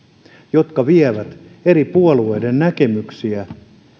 ja vievät eri puolueiden näkemyksiä